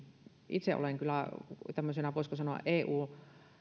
itse olen kyllä tämmöisenä voisiko sanoa eu